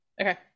Okay